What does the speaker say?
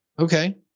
Okay